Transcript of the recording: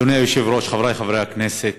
אדוני היושב-ראש, חברי חברי הכנסת,